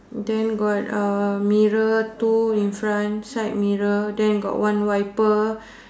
then got mirror two in front side mirror then got one wiper